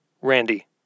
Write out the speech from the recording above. Randy